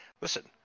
listen